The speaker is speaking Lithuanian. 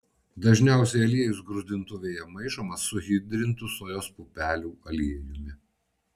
dažniausiai aliejus gruzdintuvėje maišomas su hidrintu sojos pupelių aliejumi